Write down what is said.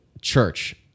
church